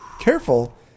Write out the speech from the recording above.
Careful